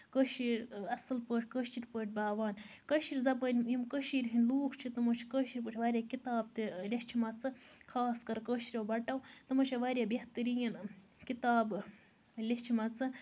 کٔشیٖر اَصٕل پٲٹھۍ کٲشِر پٲٹھۍ باوان کٲشِر زَبٲنۍ یِم کٔشیٖر ہِندۍ لوٗکھ چھِ تِمَو چھِ کٲشِر پٲٹھۍ واریاہ کِتابہٕ تہِ لیچھمَژٕ خاص کر کٲشریو بَٹو تِمَو چھِ واریاہ بہتریٖن کِتابہٕ لیچھمَژٕ